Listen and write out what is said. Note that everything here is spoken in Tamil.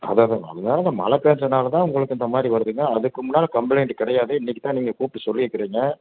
அதான் அதான் அதனால என்ன மழை பேஞ்சதுனால்தான் உங்களுக்கு இந்தமாதிரி வருதுங்க அதுக்கு முன்னால் கம்ப்ளைண்டு கிடையாது இன்னக்குத்தான் நீங்கள் கூப்பிடு சொல்லி இருக்கிறீங்க